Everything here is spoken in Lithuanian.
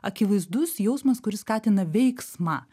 akivaizdus jausmas kuris skatina veiksmą